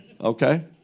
Okay